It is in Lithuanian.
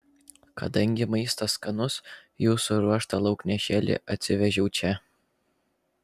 kadangi maistas skanus jų suruoštą lauknešėlį atsivežiau čia